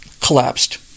collapsed